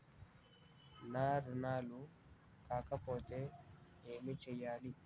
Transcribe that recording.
నా రుణాలు కాకపోతే ఏమి చేయాలి?